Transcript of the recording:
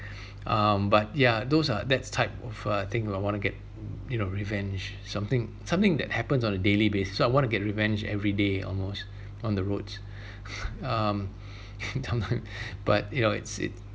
um but yeah those are that's type of uh thing that I want to get you know revenge something something that happens on a daily basis so I want to get revenge everyday almost on the roads um but you know it's it